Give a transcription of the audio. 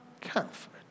comfort